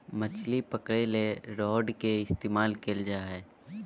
मछली पकरे ले रॉड के इस्तमाल कइल जा हइ